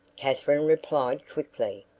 katherine replied quickly.